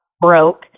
broke